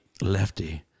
Lefty